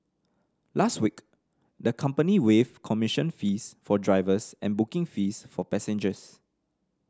last week the company waived commission fees for drivers and booking fees for passengers